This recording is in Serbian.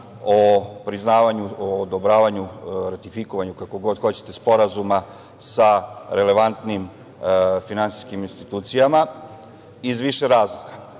o priznavanju, o odobravanju, ratifikovanju, kako god hoćete, sporazuma sa relevantnim finansijskim institucijama iz više razloga. Prvo,